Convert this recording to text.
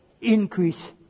increase